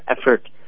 effort